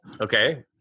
Okay